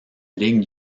ligue